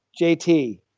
JT